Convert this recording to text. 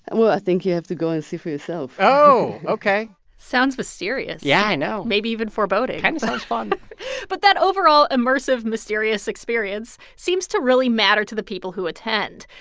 and well, i think you have to go and see for yourself oh, ok sounds mysterious. yeah, i know. maybe even foreboding kind of sounds fun but that overall immersive, mysterious experience seems to really matter to the people who attend.